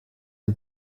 ein